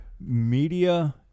media